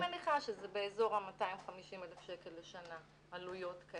אני מניחה שזה באזור ה-250 אלף שקל לשנה עלויות כאלה.